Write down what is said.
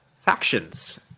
factions